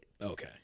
Okay